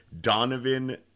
Donovan